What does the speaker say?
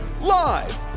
Live